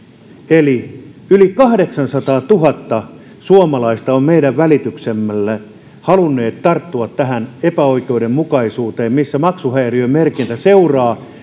eli yli kahdeksansataatuhatta suomalaista on meidän välityksellämme halunnut tarttua tähän epäoikeudenmukaisuuteen missä maksuhäiriömerkintä seuraa